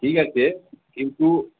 ঠিক আছে কিন্তু